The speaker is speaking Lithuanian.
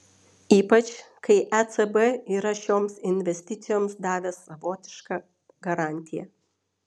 ypač kai ecb yra šioms investicijoms davęs savotišką garantiją